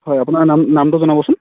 হয় আপোনাৰ নাম নামটো জনাবচোন